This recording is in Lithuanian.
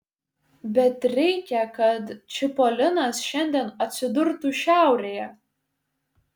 bet reikia kad čipolinas šiandien atsidurtų šiaurėje